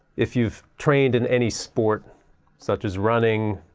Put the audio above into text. if you've trained in any sport such as running,